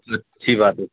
اچھی بات ہے